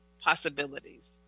Possibilities